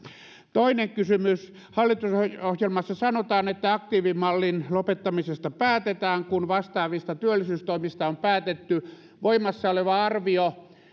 toinen kysymys hallitusohjelmassa sanotaan että aktiivimallin lopettamisesta päätetään kun vastaavista työllisyystoimista on päätetty voimassa oleva arvio